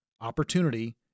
Opportunity